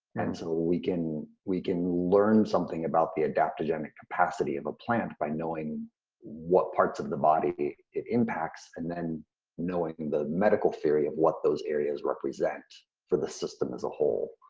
and so we can we can learn something about the adaptogenic capacity of a plant by knowing what parts of the body it impacts, and then knowing the medical theory of what those areas represent for the system as a whole.